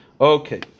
Okay